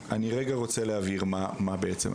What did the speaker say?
אני רגע רוצה להבהיר מה בעצם,